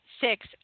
six